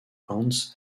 hans